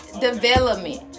Development